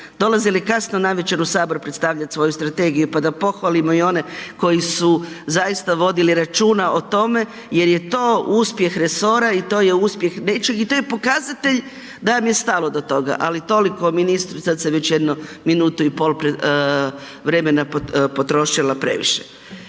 dolazili kasno navečer u sabor predstavljat svoju strategiju, pa da pohvalimo i one koji su zaista vodili računa o tome jer je to uspjeh resora i to je uspjeh nečeg i to je pokazatelj da vam je stalo do toga. Ali toliko o ministru, sad sam već jedno minutu i pol pred, vremena potrošila previše.